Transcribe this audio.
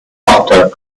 martin